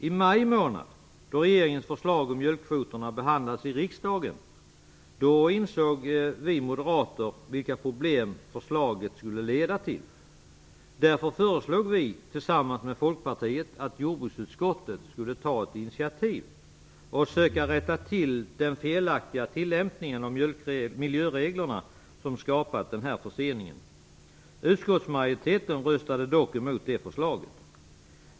I maj månad, då regeringens förslag om mjölkkvoterna behandlades av riksdagen, insåg vi moderater vilka problem förslaget skulle leda till. Därför föreslog vi tillsammans med Folkpartiet att jordbruksutskottet skulle ta ett initiativ för att försöka rätta till den felaktiga tillämpningen av miljöreglerna som skapat denna försening. Utskottsmajoriteten röstade dock mot förslaget.